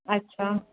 अच्छा